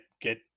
get